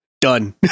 done